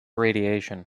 radiation